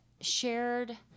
shared